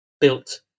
built